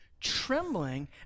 Trembling